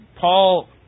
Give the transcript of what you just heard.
Paul